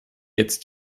jetzt